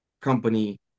company